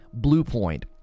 Bluepoint